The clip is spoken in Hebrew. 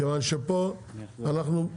כיוון שפה אנחנו,